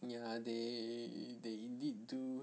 ya they they indeed do